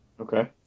Okay